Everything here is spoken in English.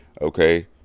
okay